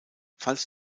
falls